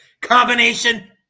combination